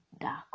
dark